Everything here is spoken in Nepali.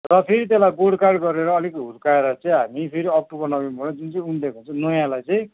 र फेरि त्यसलाई गोडगाड गरेर अलिक हुर्काएर चाहिँ हामी फेरि अक्टोबर नोभेम्बेर जुन चाहिँ उम्रेको हुन्छ नयाँलाई चाहिँ